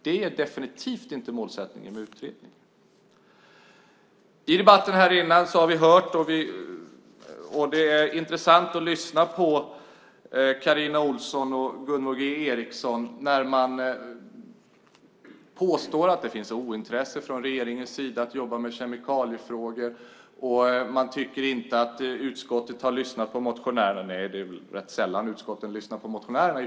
Det är definitivt inte målet med utredningen. Det är intressant att lyssna på Carina Ohlsson och Gunvor G Ericson som påstår att det finns ett ointresse från regeringen när det gäller att jobba med kemikaliefrågor. Man tycker inte att utskottet har lyssnat på motionärerna - det är rätt sällan utskotten lyssnar på motionärerna.